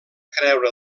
creure